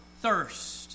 thirst